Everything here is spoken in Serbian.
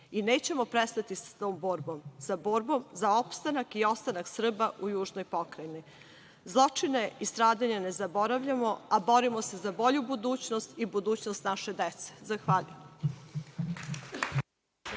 i nećemo prestati sa tom borbom, sa borbom za opstanak i ostanak Srba u južnoj Pokrajini. Zločine i stradanja ne zaboravljamo, a borimo se za bolju budućnost i budućnost naše dece. Zahvaljujem.